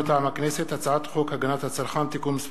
מטעם הכנסת: הצעת חוק הגנת הצרכן (תיקון מס'